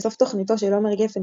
בסוף תוכניתו של עומר גפן,